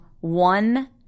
one